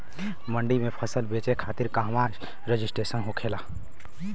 मंडी में फसल बेचे खातिर कहवा रजिस्ट्रेशन होखेला?